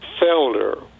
Felder